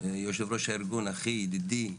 יושב ראש הארגון אחי ידידי,